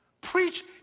Preach